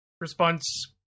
response